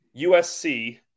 USC